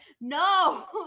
no